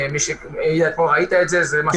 כל